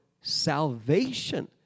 salvation